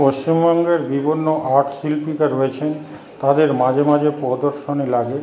পশ্চিমবঙ্গের বিভিন্ন আর্ট শিল্পীরা রয়েছেন তাদের মাঝেমাঝে প্রদর্শনী লাগে